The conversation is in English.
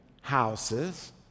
houses